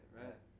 right